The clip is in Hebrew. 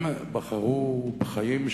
הם בחרו בחיים.